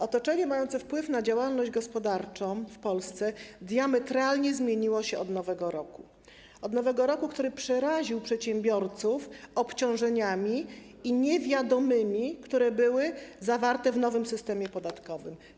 Otoczenie mające wpływ na działalność gospodarczą w Polsce diametralnie zmieniło się od nowego roku - nowego roku, który przeraził przedsiębiorców obciążeniami i niewiadomymi, które były zawarte w nowym systemie podatkowym.